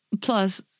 Plus